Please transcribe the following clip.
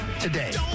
today